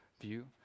view